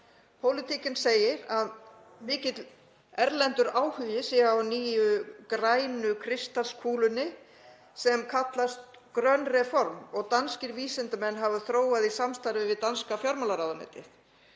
Politiken segir að mikill erlendur áhugi sé á nýju grænu kristalskúlunni, sem kallast „grøn reform“ og danskir vísindamenn hafa þróað í samstarfi við danska fjármálaráðuneytið.